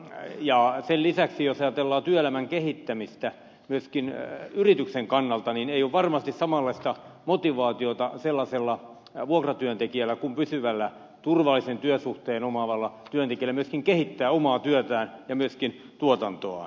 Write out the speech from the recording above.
sen lisäksi jos ajatellaan työelämän kehittämistä myöskin yrityksen kannalta niin ei ole varmasti samanlaista motivaatiota sellaisella vuokratyöntekijällä kuin pysyvällä turvallisen työsuhteen omaavalla työntekijällä myöskin kehittää omaa työtään ja tuotantoaan